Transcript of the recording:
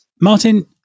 Martin